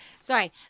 Sorry